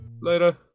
later